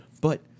But-